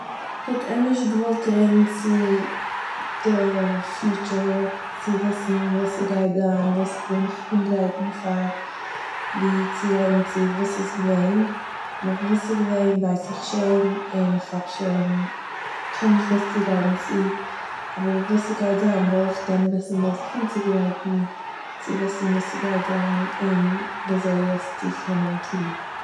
כ'וואלט ענדערש געוואלט רעדן צו די פיוטשאר צו וויסן וואס ס'גייט זיין, וואס כ'זאל מיך אנגרייטן פאר, ווי צו רעדן צו וואס איז געווען, ווייל וואס איז געווען ווייס איך שוין, און איך האב שוין, איך האב נישט וואס צו רעדן צו, אבער וואס ס'גייט זיין וויל איך קענען וויסן וואס זיך אנצוגרייטן צו וויסן וואס ס'גייט זיין און וויאזוי עס צו קענען טוהן